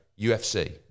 UFC